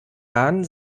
bahn